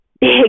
big